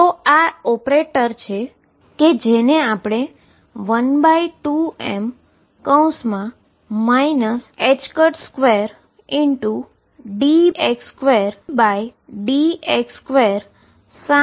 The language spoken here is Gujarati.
તો આ ઓપરેટર કે જેને આપણે 12m 2d2dx2nVxn કહીએ છીએ